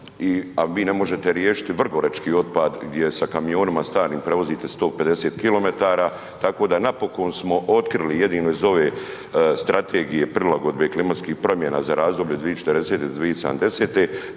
vi ne možete riješiti vrgorački otpad gdje sa kamionima starim prevozite 150 km, tako da napokon smo otkrili jedino iz ove strategije prilagodbe klimatskih promjena za razdoblje 2040. do 2070.